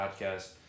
podcast